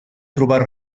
trobar